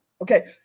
Okay